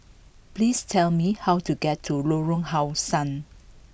please tell me how to get to Lorong How Sun